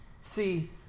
See